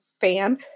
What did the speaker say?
fan